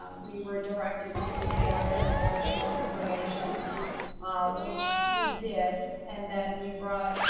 um we were directed to gather some additional information which we did. and then we brought,